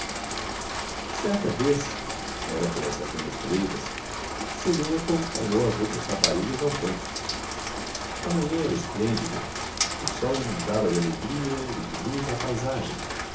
certa vez era por ocasião das colheitas celina acompanhou as outras raparigas ao campo a manhã era esplêndida o sol inundava de alegria e de luz a paisagem